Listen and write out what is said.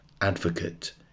advocate